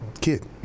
kid